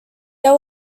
they